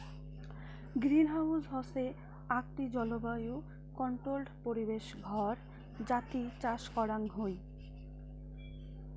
greenhouse হসে আকটি জলবায়ু কন্ট্রোল্ড পরিবেশ ঘর যাতি চাষ করাং হই